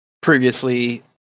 previously